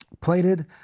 plated